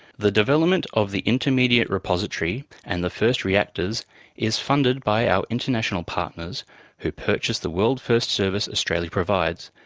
the development of the intermediate repository and the first reactors is funded by our international partners who purchase the world-first service australia provides,